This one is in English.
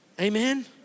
Amen